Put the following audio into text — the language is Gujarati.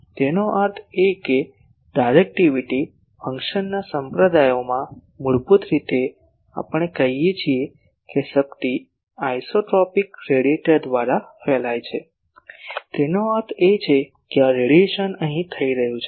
તેનો અર્થ એ કે ડાયરેક્ટિવિટી ફંક્શનના સંપ્રદાયોમાં મૂળભૂત રીતે આપણે કહીએ છીએ કે શક્તિ આઇસોટ્રોપિક રેડિએટર દ્વારા ફેલાય છે તેનો અર્થ એ કે આ રેડિયેશન અહીં થઈ રહ્યું છે